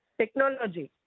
technology